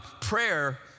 prayer